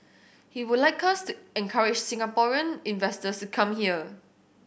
he would like us to encourage Singaporean investors to come here